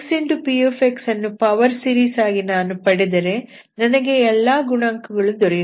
xpx ಅನ್ನು power series ಆಗಿ ನಾನು ಪಡೆದರೆ ನನಗೆ ಎಲ್ಲಾ ಗುಣಾಂಕಗಳು ದೊರೆಯುತ್ತವೆ